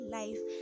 life